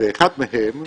אחד מהם,